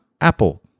Apple